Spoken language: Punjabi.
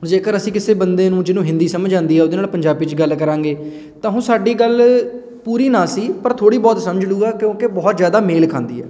ਹੁਣ ਜੇਕਰ ਅਸੀਂ ਕਿਸੇ ਬੰਦੇ ਨੂੰ ਜਿਹਨੂੰ ਹਿੰਦੀ ਸਮਝ ਆਉਂਦੀ ਹੈ ਉਹਦੇ ਨਾਲ ਪੰਜਾਬੀ 'ਚ ਗੱਲ ਕਰਾਂਗੇ ਤਾਂ ਹੁਣ ਸਾਡੀ ਗੱਲ ਪੂਰੀ ਨਾ ਸਹੀ ਪਰ ਥੋੜ੍ਹੀ ਬਹੁਤ ਸਮਝ ਲੂਗਾ ਕਿਉਂਕਿ ਬਹੁਤ ਜ਼ਿਆਦਾ ਮੇਲ ਖਾਂਦੀ ਹੈ